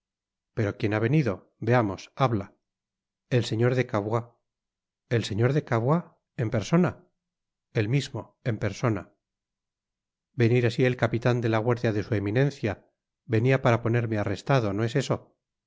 pero quién ha venido veamos habla el señor de gavois el señor de cavois en persona el mismo en persona venir asi el capitan de la guardia de su eminencia venia para ponerme arrestado no es eso